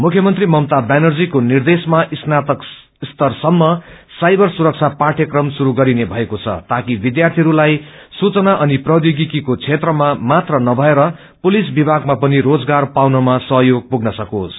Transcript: मुख्य मंत्री ममता व्यानर्जीको निद्रेशमा स्नातक स्तर सम्प साइर सुरक्षा पाठयक्रम श्रु गर्ने भएको छ ताकि विध्यार्थीलाई सुचना अनि ग्रैध्योगिर्कीको क्षेत्रमाम ात्र नभएर पुलिसमा पनि रोजगार पाउनमा सहयोग पुग्न सक्रेस